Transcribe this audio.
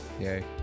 Yay